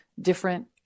different